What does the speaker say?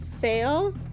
fail